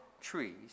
trees